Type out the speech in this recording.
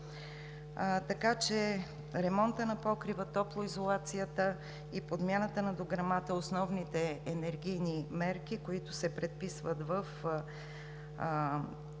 Така че ремонтът на покрива, топлоизолацията и подмяната на дограмата – основните енергийни мерки, които се предписват в енергийните